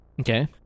okay